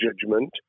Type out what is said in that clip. judgment